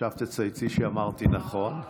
עכשיו תצייצי שאמרתי נכון.